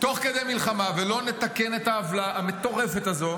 תוך כדי מלחמה ולא נתקן את העוולה המטורפת הזו